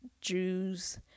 jews